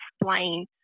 explain